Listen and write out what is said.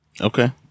Okay